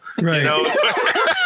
Right